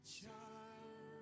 child